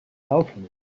alchemy